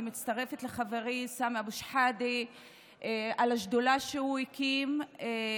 אני מצטרפת לחברי סמי אבו שחאדה עם השדולה שהוא הקים,